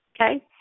okay